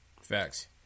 Facts